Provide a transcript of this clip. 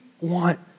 want